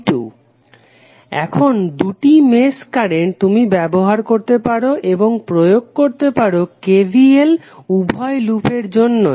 Refer Slide Time 1136 এখন দুটি mesh current তুমি ব্যবহার করতে পারো এবং প্রয়োগ করতে পারো KVL উভয় লুপের জন্যই